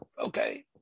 Okay